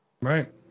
Right